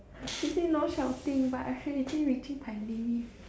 she said no shouting but I already reaching my limit